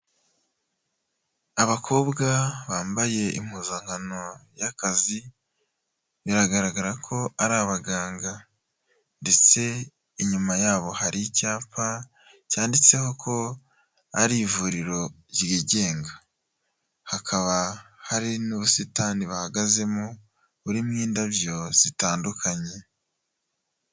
Abakobwa bambaye impuzankano y'akazi biragaragara ko ari abaganga ndetse inyuma yabo hari icyapa cyanditseho ko ari ivuriro ryigenga, hakaba hari n'ubusitani bahagazemo burimo indabyo zitandukanye.